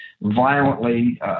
violently